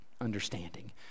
understanding